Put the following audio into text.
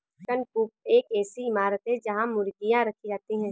chicken coop एक ऐसी इमारत है जहां मुर्गियां रखी जाती हैं